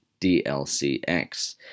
DLCX